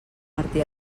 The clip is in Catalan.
martí